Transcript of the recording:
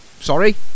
Sorry